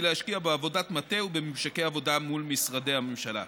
היא להשקיע בעבודת מטה ובממשקי עבודה מול משרדי הממשלה.